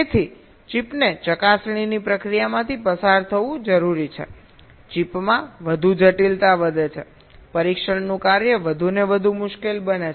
તેથી ચિપને ચકાસણીની પ્રક્રિયામાંથી પસાર થવું જરૂરી છે ચિપમાં વધુ જટિલતા વધે છે પરીક્ષણનું કાર્ય વધુ ને વધુ મુશ્કેલ બને છે